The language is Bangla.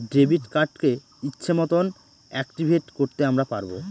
ডেবিট কার্ডকে ইচ্ছে মতন অ্যাকটিভেট করতে আমরা পারবো